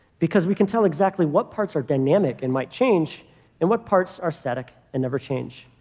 because we can tell exactly what parts are dynamic and might change and what parts are static and never change.